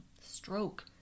stroke